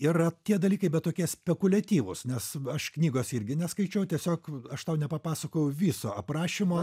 ir tie dalykai bet tokie spekuliatyvūs nes aš knygos irgi neskaičiau tiesiog aš tau nepapasakojau viso aprašymo